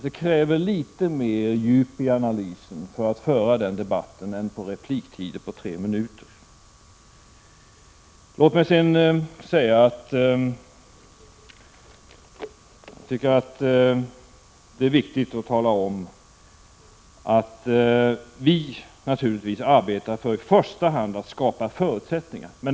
Det krävs litet mer djup i analysen för att kunna föra den debatten än vad man hinner med under en repliktid på tre minuter. Låt mig sedan säga att jag tycker det är viktigt att tala om att vi naturligtvis i första hand arbetar för att skapa förutsättningar.